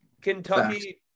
Kentucky